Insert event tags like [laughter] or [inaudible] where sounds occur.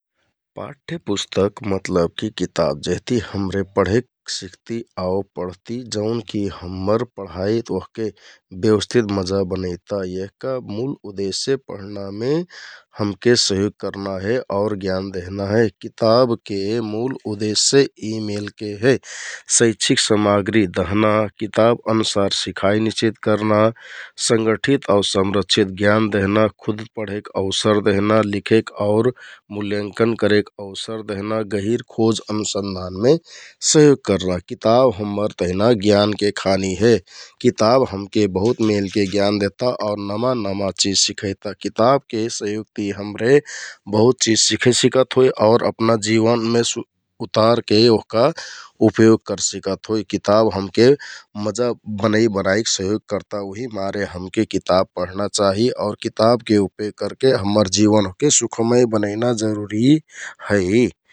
पाठ्यपुस्तक मतलब कि किताब जेहति हमरे पढेक सिखति आउ जौनकि हम्मर पढाइ ओहके ब्यवस्थित मजा बनैता एहका मुल उदेश्य पढनामे हमके सहयोग करना हे । आउर ज्ञान दहना हे । किताबके मुल उदेश्य यि मेलके हे । शैक्षिक समाग्री दहना, किताब अनुसार सिखाइ निश्चित करना, संगठित आउ संरक्षित ज्ञान दहना, पढेक अवसर दहना, लिखेक आउर मुल्याँकन करेक अवसर दहना वा गहिंर खोज अनुसन्धानमे सहयोग करना आउर किताब हम्मर तहना ज्ञानके खअनि हे । किताब हमके बहुत मेलके ज्ञान देहता आउ नमा नमा चिझ सिखैता । किताबके सहयोगति हमरे [noise] बहुत कुछ सिखे सिकत होइ आउर अपना जिवनमे सुधार उतारके ओहका उपयोग करसिकत होइ । किताब हमके मजा मनैं बनाइक सहयोग करता । उहिमारे हमके किताब पढना चाहि आउर कितावके उपयोग करके हम्मर जिवन ओहके सुखमय बनैना जरुरि है ।